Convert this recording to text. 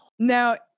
Now